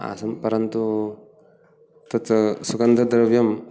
आसं परन्तु तत् सुगन्धद्रव्यम्